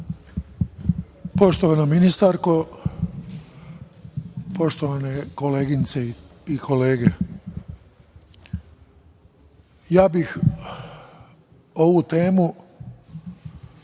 ministarko, poštovane koleginice i kolege, ja bih ovu temu